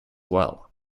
well